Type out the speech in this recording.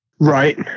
right